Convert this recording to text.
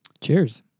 Cheers